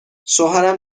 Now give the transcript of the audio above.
شوهرم